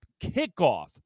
kickoff